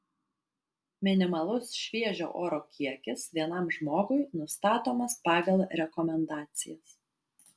minimalus šviežio oro kiekis vienam žmogui nustatomas pagal rekomendacijas